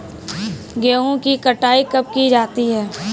गेहूँ की कटाई कब की जाती है?